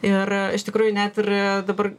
ir iš tikrųjų net ir dabar